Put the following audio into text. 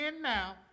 now